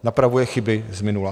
Napravuje chyby z minula.